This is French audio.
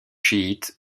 chiites